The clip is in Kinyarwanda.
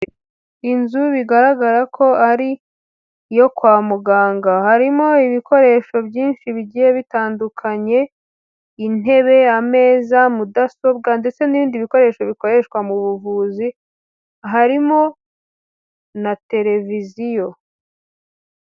Inzu bigaragara ko ari iyo kwa muganga, harimo ibikoresho byinshi bigiye bitandukanye, intebe, ameza, mudasobwa ndetse n'ibindi bikoresho bikoreshwa mu buvuzi, harimo na televiziyo.